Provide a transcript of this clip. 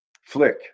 Flick